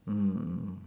mm mm mm